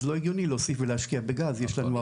אז לא הגיוני להוסיף ולהשקיע בגז כי יש לנו הרבה.